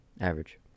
average